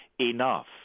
enough